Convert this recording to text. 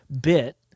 bit